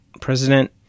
President